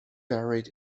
buried